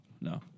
No